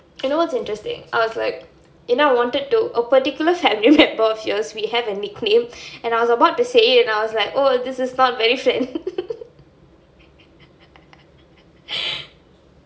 you know what's interesting I was like you know I wanted to a particular family member of yours we have and we claim and I was about to say it I was like oh this is not very friend